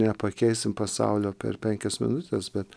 nepakeisim pasaulio per penkias minutes bet